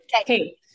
Okay